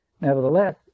Nevertheless